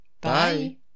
Bye